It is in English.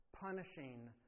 punishing